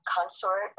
consort